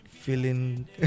feeling